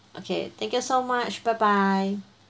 okay thank you so much bye bye